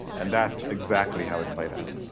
and thatis exactly how it played out.